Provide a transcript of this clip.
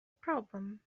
problem